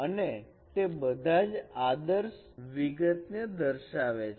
અને તે બધા જ આદર્શ વિગતને દર્શાવે છે